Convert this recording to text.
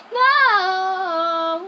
no